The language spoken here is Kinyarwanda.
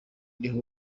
niho